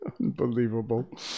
Unbelievable